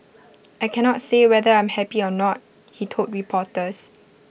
I cannot say whether I'm happy or not he told reporters